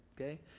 okay